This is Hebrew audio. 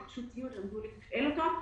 רכשו ציוד ולמדו לתפעל אותו.